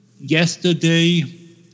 yesterday